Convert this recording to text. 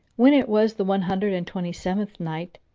when it was the one hundred and twenty-seventh night,